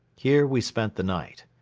here we spent the night.